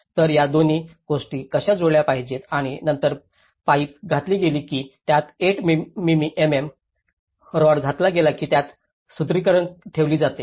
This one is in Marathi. तर या दोन गोष्टी कशा जुळल्या पाहिजेत आणि नंतर पाईप घातली गेली की त्यात 8 मिमी रॉड घातला गेला याची सुदृढीकरण ठेवली जाते